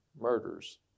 murders